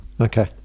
Okay